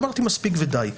אמרתי: מספיק ודי.